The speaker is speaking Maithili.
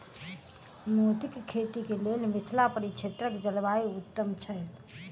मोतीक खेती केँ लेल मिथिला परिक्षेत्रक जलवायु उत्तम छै?